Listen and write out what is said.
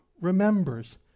remembers